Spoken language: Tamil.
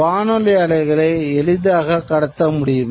வானொலி அலைகளை எளிதாகக் கடத்த முடியும்